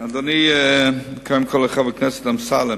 חבר הכנסת אמסלם,